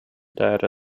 data